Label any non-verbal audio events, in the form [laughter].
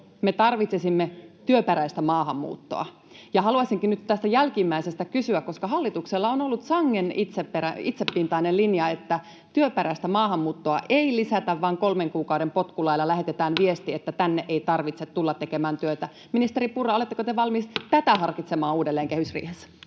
me tarvitsisimme työperäistä maahanmuuttoa. Haluaisinkin nyt tästä jälkimmäisestä kysyä, koska hallituksella on ollut sangen itsepintainen linja, [noise] että työperäistä maahanmuuttoa ei lisätä vaan kolmen kuukauden potkulailla lähetetään viesti, [noise] että tänne ei tarvitse tulla tekemään työtä: Ministeri Purra, oletteko te valmis tätä [noise] harkitsemaan uudelleen kehysriihessä?